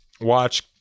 Watch